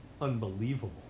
unbelievable